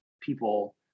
people